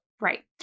Right